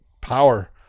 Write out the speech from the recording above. power